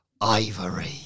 Ivory